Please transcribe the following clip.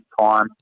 time